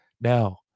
Now